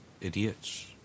idiots